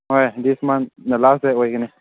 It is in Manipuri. ꯍꯣꯏ ꯗꯤꯁ ꯃꯟꯅ ꯂꯥꯁ ꯗꯦ ꯑꯣꯏꯒꯅꯤ